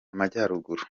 amajyaruguru